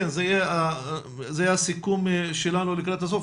זה יהיה הסיכום שלנו לקראת הסוף,